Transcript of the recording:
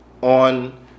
on